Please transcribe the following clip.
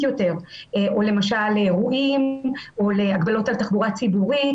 יותר או למשל אירועים או להגבלות על תחבורה ציבורית,